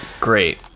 great